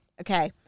Okay